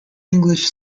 english